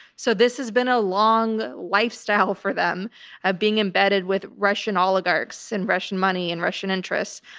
so this has been a long lifestyle for them of being embedded with russian oligarchs in russian money and russian interests.